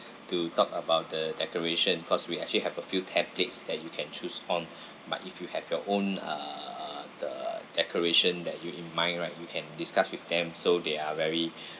to talk about the decoration cause we actually have a few templates that you can choose on but if you have your own uh uh the decoration that you in mind right you can discuss with them so they are very